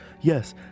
Yes